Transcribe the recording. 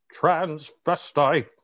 transvestite